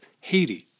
Haiti